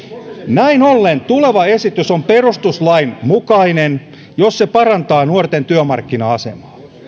näin ollen tuleva esitys on perustuslain mukainen jos se parantaa nuorten työmarkkina asemaa